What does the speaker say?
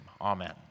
amen